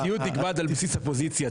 המידתיות נקבעת על בסיס הפוזיציה.